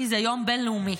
כי זה יום בין-לאומי.